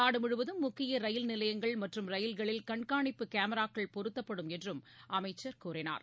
நாடுமுழுவதும் முக்கியரயில் நிலையங்கள் மற்றும் ரயில்களில் கண்காணிப்பு கேமாக்கள் பொருத்தப்படும் என்றும் அமைச்சர் கூறினார்